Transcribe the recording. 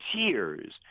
tears